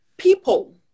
People